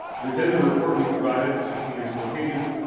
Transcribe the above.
within the report we provided fifteen or so pages,